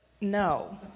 No